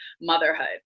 motherhood